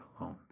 alone